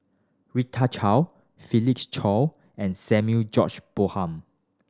Rita Chao Felix Cheo and Samuel George Bonham